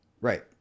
right